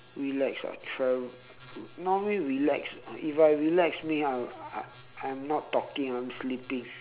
relax ah travel normally relax if I relax means I'm I'm I'm not talking I'm sleeping